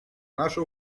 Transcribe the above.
наша